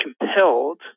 compelled